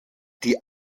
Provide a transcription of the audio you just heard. die